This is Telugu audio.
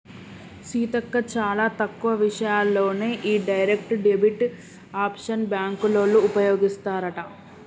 సీతక్క చాలా తక్కువ విషయాల్లోనే ఈ డైరెక్ట్ డెబిట్ ఆప్షన్ బ్యాంకోళ్ళు ఉపయోగిస్తారట